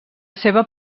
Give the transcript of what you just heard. seva